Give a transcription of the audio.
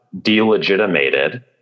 delegitimated